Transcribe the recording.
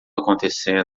acontecendo